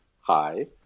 hi